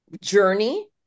journey